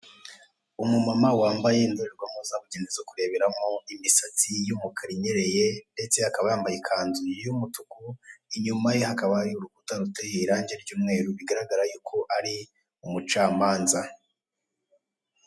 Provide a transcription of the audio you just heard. Umumama wambaye indorerwamo zabugenewe zo kureberamo, imisatsi y'umukara inyereye ndetse akaba yambaye ikanzu y'umutuku, inyuma ye hakaba hari urukuta ruteye irangi ry'umweru bigaragara ko ari umucamanza.